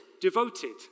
devoted